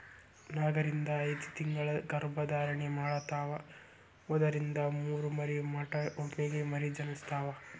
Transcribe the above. ನಾಕರಿಂದ ಐದತಿಂಗಳ ಗರ್ಭ ಧಾರಣೆ ಮಾಡತಾವ ಒಂದರಿಂದ ಮೂರ ಮರಿ ಮಟಾ ಒಮ್ಮೆಗೆ ಮರಿ ಜನಸ್ತಾವ